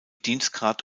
dienstgrad